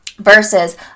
Versus